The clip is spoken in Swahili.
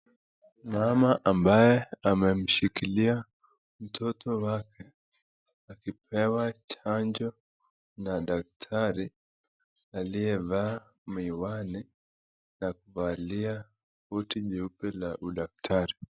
Mama ambaye amemshikilia mtoto wake akipewa chanjo na daktari aliyevaa miwani na kuvalia koti nyeupe la udaktari.